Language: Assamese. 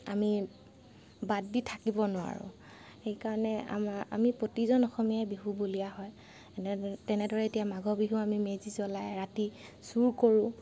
আমি বাদ দি থাকিব নোৱাৰোঁ সেইকাৰণে আমাৰ আমি প্ৰতিজন অসমীয়াই বিহু বলিয়া হয় তেনে তেনেদৰে এতিয়া মাঘ বিহু আমি মেজি জ্বলাই ৰাতি চুৰ কৰোঁ